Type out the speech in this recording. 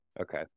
Okay